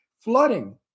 flooding